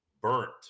burnt